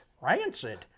rancid